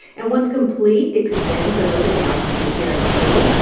and once complete, it could then go to the house judiciary committee.